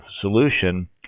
solution